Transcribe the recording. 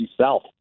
South